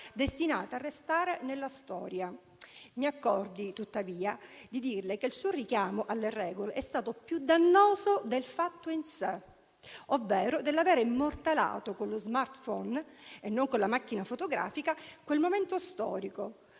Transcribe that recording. destinata a restare nella storia. Mi accordi, tuttavia, di dirle che il suo richiamo alle regole è stato più dannoso del fatto in sé, ovvero dell'aver immortalato con lo *smartphone* e non con la macchina fotografica quel momento storico.